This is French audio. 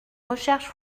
recherche